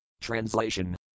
Translation